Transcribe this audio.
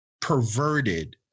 perverted